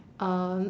uh